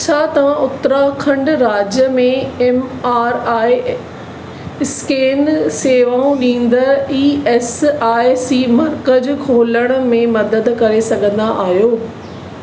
छा तव्हां उत्तराखंड राज्य में एम आर आई स्केन शेवाऊं ॾींदड़ ई एस आई सी मर्कज़ खोल्हण में मदद करे सघंदा आहियो